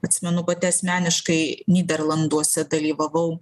atsimenu pati asmeniškai nyderlanduose dalyvavau